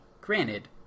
granted